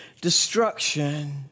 destruction